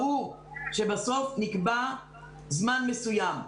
ברור שבסוף, נקבע זמן מסוים.